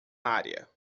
área